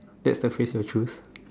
that's the phrase you'll choose